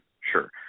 sure